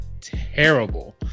terrible